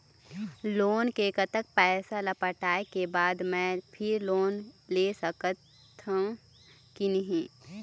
Loan के कतक पैसा ला पटाए के बाद मैं फिर लोन ले सकथन कि नहीं?